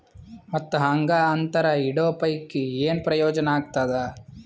ಮತ್ತ್ ಹಾಂಗಾ ಅಂತರ ಇಡೋ ಪೈಕಿ, ಏನ್ ಪ್ರಯೋಜನ ಆಗ್ತಾದ?